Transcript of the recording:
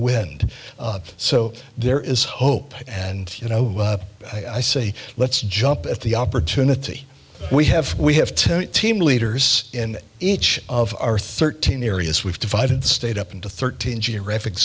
wind so there is hope and you know i say let's jump at the opportunity we have we have ten team leaders in each of our thirteen areas we've divided state up into thirteen geographic